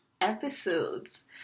episodes